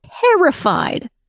terrified